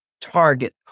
target